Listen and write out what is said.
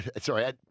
sorry